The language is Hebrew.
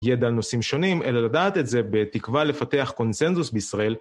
ידע על נושאים שונים, אלא לדעת את זה בתקווה לפתח קונצנזוס בישראל.